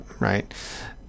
right